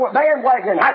bandwagon